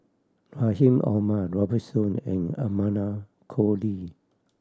Rahim Omar Robert Soon and Amanda Koe Lee